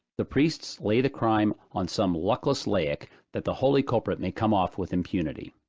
the priests lay the crime on some luckless laic, that the holy culprit may come off with impunity.